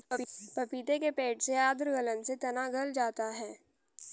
पपीते के पेड़ में आद्र गलन से तना गल जाता है